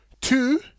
Two